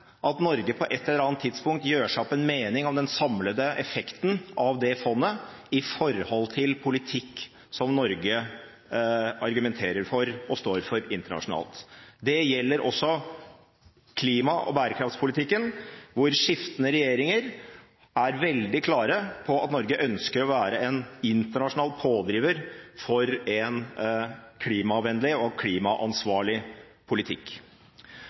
at Norge på ett eller annet tidspunkt gjør seg opp en mening om den samlede effekten av det fondet i forhold til politikk som Norge argumenterer for og står for internasjonalt. Det gjelder også klima- og bærekraftpolitikken, hvor skiftende regjeringer er veldig klare på at Norge ønsker å være en internasjonal pådriver for en klimavennlig og klimaansvarlig politikk.